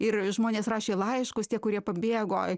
ir žmonės rašė laiškus tie kurie pabėgo